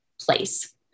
place